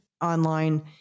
online